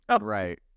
Right